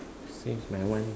since my one